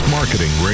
Marketing